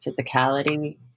physicality